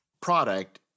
product